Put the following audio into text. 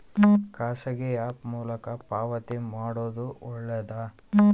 ಖಾಸಗಿ ಆ್ಯಪ್ ಮೂಲಕ ಪಾವತಿ ಮಾಡೋದು ಒಳ್ಳೆದಾ?